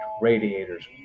Radiators